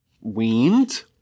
weaned